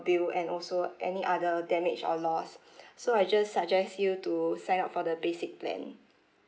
bill and also any other damage or lost so I just suggest you to sign up for the basic plan